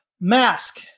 Mask